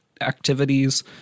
activities